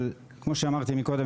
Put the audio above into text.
אבל כמו שאמרתי מקודם,